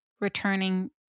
returning